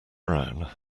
brown